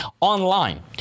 online